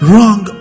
Wrong